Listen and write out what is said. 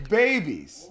babies